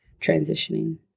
transitioning